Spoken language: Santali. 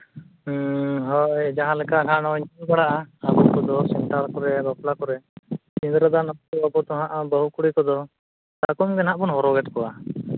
ᱦᱮᱸ ᱦᱳᱭ ᱡᱟᱦᱟᱸ ᱞᱮᱠᱟ ᱦᱟᱸᱜ ᱱᱚᱜᱼᱚᱭ ᱧᱮᱞ ᱵᱟᱲᱟᱜᱼᱟ ᱟᱵᱚ ᱠᱚᱫᱚ ᱥᱟᱱᱛᱟᱲ ᱠᱚᱫᱚ ᱵᱟᱯᱞᱟ ᱠᱚᱨᱮ ᱥᱤᱸᱝᱨᱟᱹᱫᱟᱱ ᱚᱠᱛᱚ ᱫᱚ ᱦᱟᱸᱜ ᱵᱟᱹᱦᱩ ᱠᱩᱲᱤ ᱠᱚᱫᱚ ᱥᱟᱠᱚᱢ ᱜᱮ ᱱᱟᱦᱟᱸᱜ ᱵᱚᱱ ᱦᱚᱨᱚᱜᱮᱫ ᱠᱚᱣᱟ